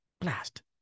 Blast